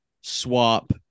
swap